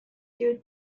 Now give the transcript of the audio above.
due